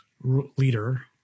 leader